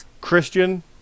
Christian